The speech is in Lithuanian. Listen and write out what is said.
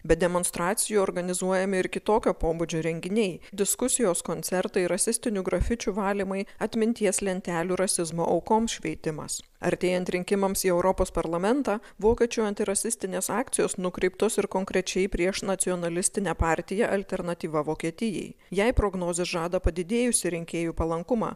be demonstracijų organizuojami ir kitokio pobūdžio renginiai diskusijos koncertai rasistinių grafičių valymai atminties lentelių rasizmo aukoms šveitimas artėjant rinkimams į europos parlamentą vokiečių antirasistinės akcijos nukreiptos ir konkrečiai prieš nacionalistinę partiją alternatyva vokietijai jai prognozės žada padidėjusį rinkėjų palankumą